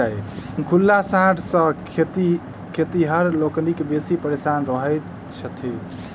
खुल्ला साँढ़ सॅ खेतिहर लोकनि बेसी परेशान रहैत छथि